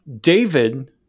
David